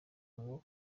ngo